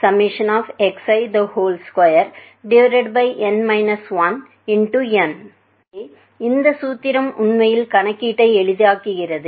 எனவே இந்த சூத்திரம் உண்மையில் கணக்கீட்டை எளிதாக்குகிறது